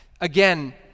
Again